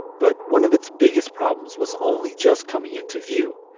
but one of its biggest problems was only just coming into view.